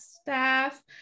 staff